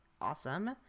awesome